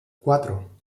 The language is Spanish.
cuatro